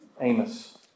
Amos